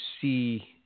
see